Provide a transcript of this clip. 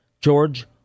George